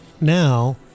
Now